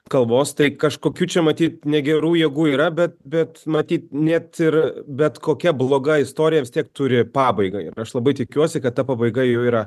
kalvos tai kažkokių čia matyt negerų jėgų yra bet bet matyt net ir bet kokia bloga istorija vis tiek turi pabaigą ir aš labai tikiuosi kad ta pabaiga jau yra